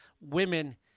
women